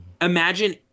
imagine